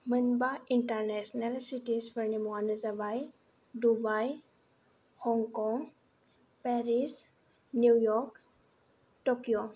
मोनबा इन्टारनेसनेल सिटिसफोरनि मुङानो जाबाय Dubai Hong Kong Paris New York Tokyo